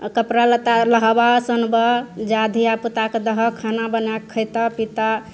कपड़ा लत्ता नहाबऽ सोनबऽ जा धिआपुताके दहऽ खाना बनाकऽ खैतऽ पितऽ